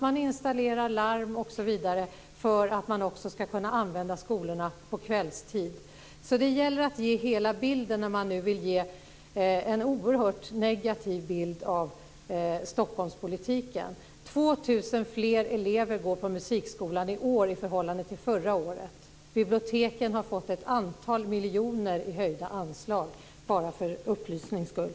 Man installerar larm osv. för att man också ska kunna använda skolorna på kvällstid. Det gäller att ge hela bilden när ni nu vill ge en oerhört negativ bild av Stockholmspolitiken. 2 000 fler elever går på musikskolan i år i förhållande till förra året. Biblioteken har fått ett antal miljoner i höjda anslag, bara för upplysnings skull.